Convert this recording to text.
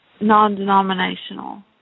Non-denominational